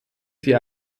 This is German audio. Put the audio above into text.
sie